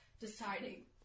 deciding